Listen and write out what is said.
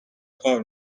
کار